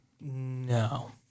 No